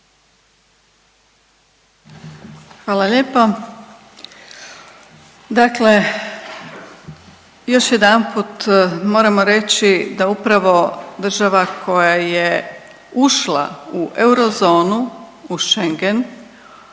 Hvala lijepo. Dakle, još jedanput moramo reći da upravo država koja je ušla u eurozonu, u Schengen